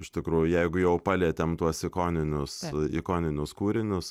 iš tikrųjų jeigu jau palietėm tuos ikoninius ikoninius kūrinius